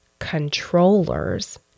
Controllers